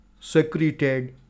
Secreted